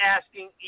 asking